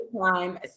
time